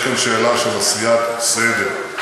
יש כאן שאלה של עשיית סדר.